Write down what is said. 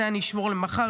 את זה אשמור למחר,